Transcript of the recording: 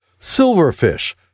Silverfish